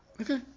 Okay